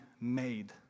made